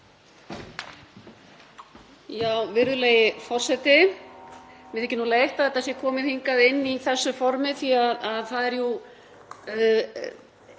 Virðulegi forseti. Mér þykir leitt að þetta sé komið hingað inn í þessu formi því að það er jú